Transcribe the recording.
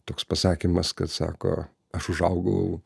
toks pasakymas kad sako aš užaugau